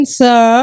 sir